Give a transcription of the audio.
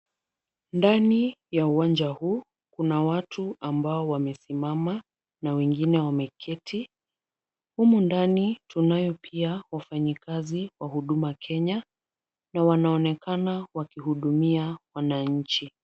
Ndani ya uwanja huu kuna watu ambao wamesimama na wengine wameketi. Humu ndani tunayo pia wafanyikazi wa huduma Kenya na wanaonekana wakihudumia wananchi.